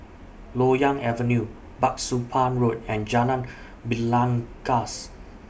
Loyang Avenue Bah Soon Pah Road and Jalan Belangkas